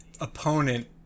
opponent